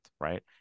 right